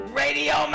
radio